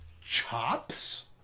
chops